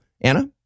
Anna